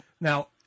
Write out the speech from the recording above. now